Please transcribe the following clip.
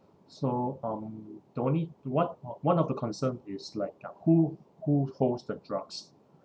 so um the only one o~ one of the concern is like uh who who holds the drugs